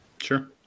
Sure